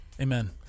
Amen